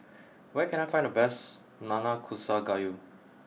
where can I find the best Nanakusa Gayu